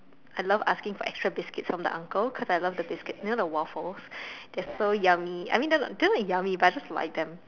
I love asking for extra biscuits from the uncle cause I love the biscuits you know the waffles they are so yummy I mean they are not they are not yummy but I just like them